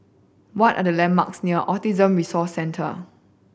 what are the landmarks near Autism Resource Centre